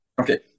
Okay